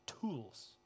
tools